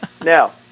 Now